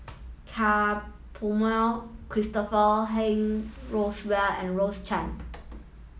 Ka Perumal Christopher Henry Rothwell and Rose Chan